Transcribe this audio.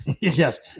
Yes